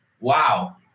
wow